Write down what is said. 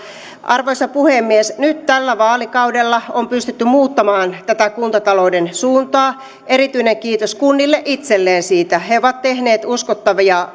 arvoisa puhemies nyt tällä vaalikaudella on pystytty muuttamaan tätä kuntatalouden suuntaa erityinen kiitos kunnille itselleen siitä he ovat tehneet uskottavia